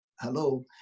Hello